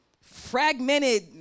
fragmented